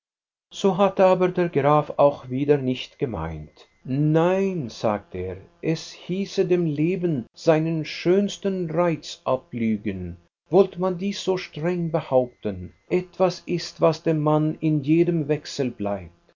so hatte aber der graf auch wieder nicht gemeint nein sagte er es hieße dem leben seinen schönsten reiz ablügen wollte man dies so streng behaupten etwas ist was dem mann in jedem wechsel bleibt